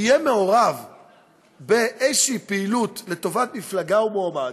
יהיה מעורב באיזושהי פעילות לטובת מפלגה או מועמד,